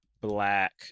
black